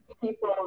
people